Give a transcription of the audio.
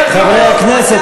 חברי הכנסת,